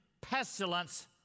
pestilence